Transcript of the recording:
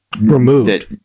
removed